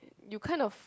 you can't of